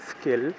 skill